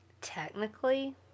Technically